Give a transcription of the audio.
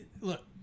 look